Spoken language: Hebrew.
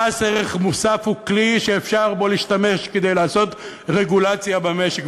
מס ערך מוסף הוא כלי שאפשר להשתמש בו כדי לעשות רגולציה במשק,